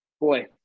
Boy